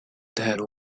there